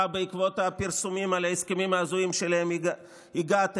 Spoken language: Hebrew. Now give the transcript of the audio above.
בעקבות הפרסומים על ההסכמים ההזויים שאליהם הגעתם,